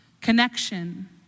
connection